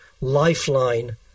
lifeline